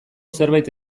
zerbait